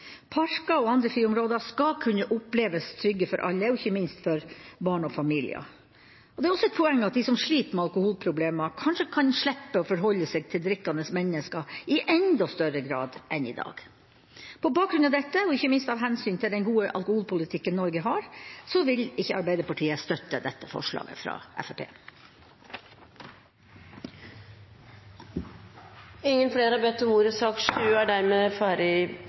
Parker og andre friområder skal kunne oppleves trygge for alle, og ikke minst for barn og familier. Det er også et poeng at de som sliter med alkoholproblemer, kanskje kan slippe å forholde seg til drikkende mennesker i enda større grad enn i dag. På bakgrunn av dette, og ikke minst av hensyn til den gode alkoholpolitikken Norge har, vil ikke Arbeiderpartiet støtte dette forslaget fra Fremskrittspartiet. Flere har ikke bedt om ordet